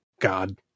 God